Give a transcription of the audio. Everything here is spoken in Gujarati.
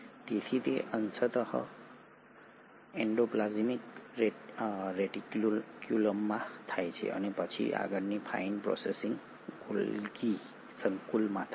તેથી તે અંશત એન્ડોપ્લાઝ્મિક રેટિક્યુલમ માં થાય છે અને પછી આગળની ફાઇન પ્રોસેસિંગ ગોલ્ગી સંકુલમાં થાય છે